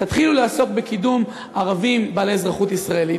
תתחילו לעסוק בקידום ערבים בעלי אזרחות ישראלית,